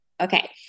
Okay